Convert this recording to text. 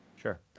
Sure